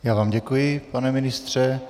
Já vám děkuji, pane ministře.